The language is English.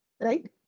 right